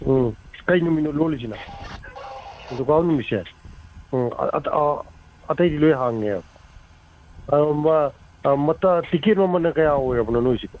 ꯀꯩ ꯅꯨꯃꯤꯠꯅꯣ ꯂꯣꯜꯂꯤꯁꯤꯅ ꯅꯤꯡꯊꯧꯀꯥꯕ ꯅꯨꯃꯤꯠꯁꯦ ꯑꯣ ꯑꯇꯩꯗꯤ ꯂꯣꯏ ꯍꯥꯡꯉꯦꯕ ꯑ ꯃꯥ ꯇꯤꯛꯀꯦꯠ ꯃꯃꯜꯅ ꯀꯌꯥ ꯑꯣꯏꯔꯕꯅꯣ ꯅꯣꯏꯒꯤꯁꯤꯕꯣ